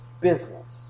business